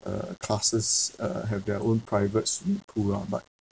uh classes uh have their own private swimming pool lah but